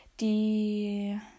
die